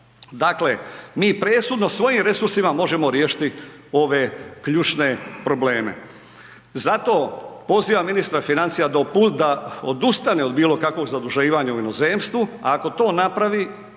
Dakle, mi presudno svojim resursima možemo riješiti ove ključne probleme. Zato pozivam ministra financija da odustane od bilo kakvog zaduživanja u inozemstvu, ako to napravi